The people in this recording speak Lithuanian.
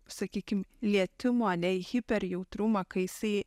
sakykim lietimo ane hyper jautrumą kai jisai